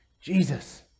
Jesus